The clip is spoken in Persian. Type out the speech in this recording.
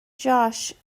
جاش